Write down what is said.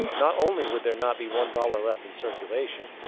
not only would there not be one dollar left in circulation,